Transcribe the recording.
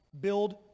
build